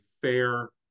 fair